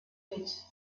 mit